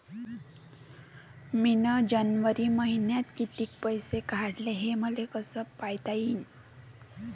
मिन जनवरी मईन्यात कितीक पैसे काढले, हे मले कस पायता येईन?